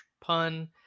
pun